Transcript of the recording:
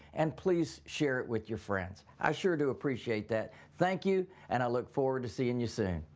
and please share it with your friends. i sure do appreciate that. thank you and i look forward to seeing you soon.